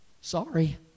sorry